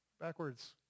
Backwards